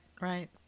right